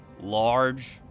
large